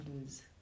lose